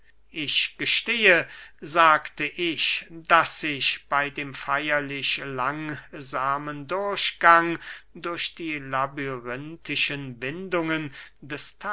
ich gestehe sagte ich daß sich bey dem feierlich langsamen durchgang durch die labyrinthischen windungen des